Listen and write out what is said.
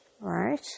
right